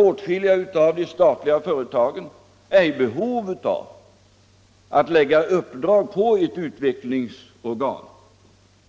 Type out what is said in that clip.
Åtskilliga av de statliga företagen är i behov av att placera uppdrag hos ett utvecklingsorgan,